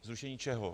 Zrušení čeho?